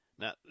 Now